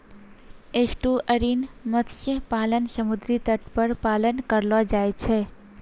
estuarine मत्स्य पालन समुद्री तट पर पालन करलो जाय छै